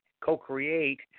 co-create